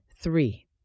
Three